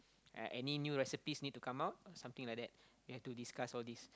uh any new recipes need to come out something like that we have to discuss all this